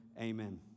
amen